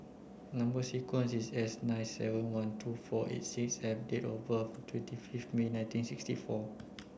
number sequence is S nine seven one two four eight six F and date of birth twenty fifth May nineteen sixty four